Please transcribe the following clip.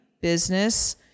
business